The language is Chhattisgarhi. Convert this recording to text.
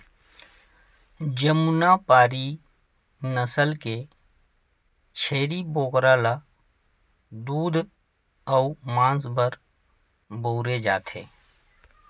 जमुनापारी नसल के छेरी बोकरा ल दूद अउ मांस बर बउरे जाथे